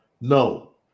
No